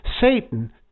Satan